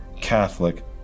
Catholic